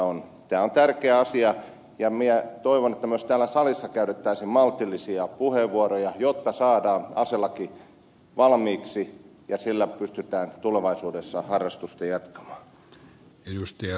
tämä on tärkeä asia ja toivon että myös täällä salissa käytettäisiin maltillisia puheenvuoroja jotta saadaan aselaki valmiiksi ja sillä pystytään tulevaisuudessa harrastusta jatkamaan